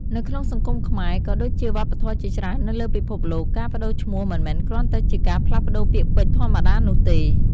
នៅក្នុងសង្គមខ្មែរ ក៏ដូចជាវប្បធម៌ជាច្រើននៅលើពិភពលោក ការប្ដូរឈ្មោះមិនមែនគ្រាន់តែជាការផ្លាស់ប្ដូរពាក្យពេចន៍ធម្មតានោះទេ។